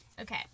Okay